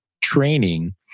training